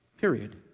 period